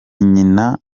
nyina